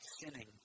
sinning